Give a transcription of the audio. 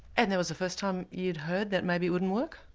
and that was the first time you'd heard that maybe it wouldn't work?